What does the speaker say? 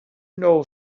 know